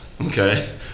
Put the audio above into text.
okay